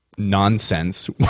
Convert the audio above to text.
nonsense